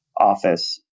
office